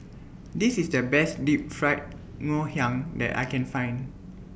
This IS The Best Deep Fried Ngoh Hiang that I Can Find